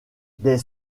des